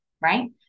right